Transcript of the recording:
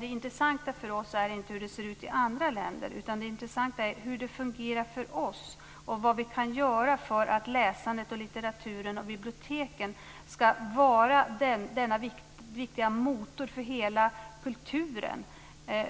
Det intressanta för oss är inte hur det ser ut i andra länder, utan det intressanta är hur det fungerar för oss och vad vi kan göra för att läsandet, litteraturen och biblioteken ska vara denna viktiga motor för hela kulturen,